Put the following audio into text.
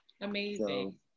Amazing